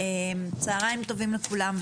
צהרים טובים לכולם,